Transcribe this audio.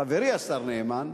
חברי השר נאמן,